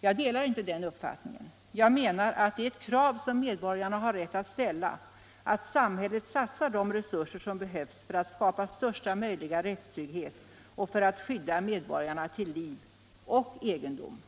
Jag delar inte den uppfattningen. Jag menar att det är ett krav som medborgarna har rätt att ställa, att samhället satsar de resurser som behövs för att skapa största möjliga rättstrygghet och för att skydda medborgarna till liv och egendom.